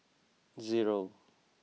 zero